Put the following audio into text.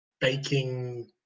baking